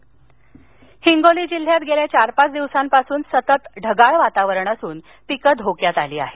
हिंगोली हिंगोली जिल्ह्यात गेल्या चार पाच दिवसापासून सतत ढगाळ वातावरण असून पिकं धोक्यात आली आहेत